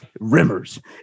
Rimmers